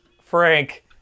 frank